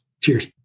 Cheers